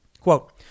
Quote